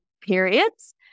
periods